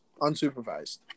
Unsupervised